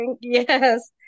Yes